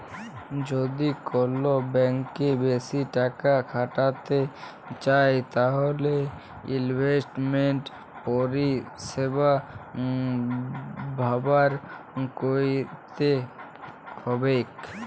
যদি কল ব্যাংকে বেশি টাকা খ্যাটাইতে চাউ তাইলে ইলভেস্টমেল্ট পরিছেবা ব্যাভার ক্যইরতে হ্যবেক